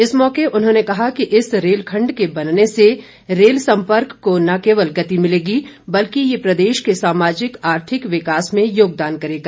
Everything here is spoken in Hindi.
इस मौके उन्होंने कहा कि इस रेल खंड के बनने से रेल सम्पर्क को न केवल गति मिलेगी और ये प्रदेश के सामाजिक आर्थिक विकास में योगदान करेगा